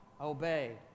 Obey